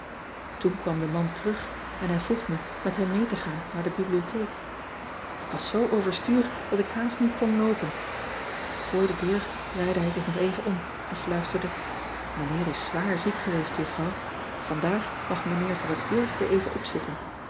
oen kwam de man terug en hij vroeg me met hem mee te gaan naar de bibliotheek k was zoo overstuur dat ik haast niet kon loopen oor de deur draaide hij zich nog even om en fluisterde ijnheer is zwaar ziek geweest juffrouw andaag mag mijnheer voor het eerst weer even opzitten